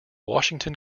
washington